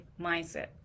mindset